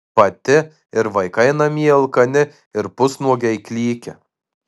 pati ir vaikai namie alkani ir pusnuogiai klykia